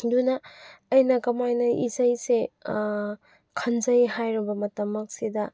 ꯑꯗꯨꯅ ꯑꯩꯅ ꯀꯃꯥꯏꯅ ꯏꯁꯩꯁꯦ ꯈꯟꯖꯩ ꯍꯥꯏꯔꯕ ꯃꯇꯝꯃꯛꯁꯤꯗ